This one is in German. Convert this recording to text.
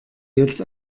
jetzt